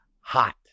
hot